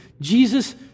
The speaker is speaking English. Jesus